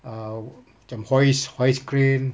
um macam hoist hoist crane